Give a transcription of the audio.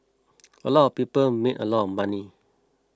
a lot of people made a lot of money